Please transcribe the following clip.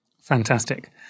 Fantastic